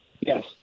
Yes